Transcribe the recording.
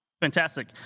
Fantastic